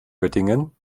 göttingen